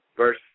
Verse